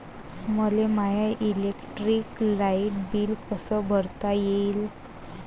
मले my electric light bill कस भरता येईल?